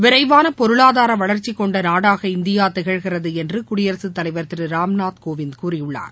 விரைவான பொருளாதார வளர்ச்சி கொண்ட நாடாக இந்தியா திகழ்கிறது என்று குடியரசுத் தலைவர் திரு ராம்நாத் கோவிந்த் கூறியுள்ளார்